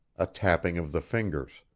a tapping of the fingers,